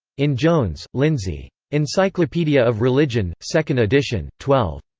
in jones, lindsay. encyclopedia of religion, second edition. twelve.